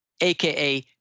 AKA